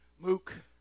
Mook